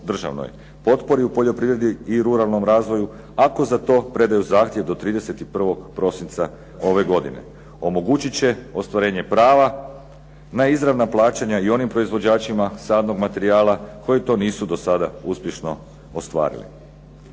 potpori u poljoprivredi i ruralnom razvoju ako za to predaju zahtjev do 31. prosinca ove godine. Omogućit će ostvarenje prava na izravna plaćanja i onim proizvođačima sadnog materijala koji to nisu do sada uspješno ostvarili.